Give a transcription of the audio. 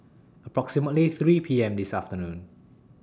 approximately three P M This afternoon